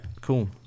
cool